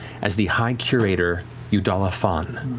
as the high curator yudala fon,